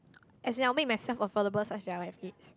as in I'll make myself affordable such I will have needs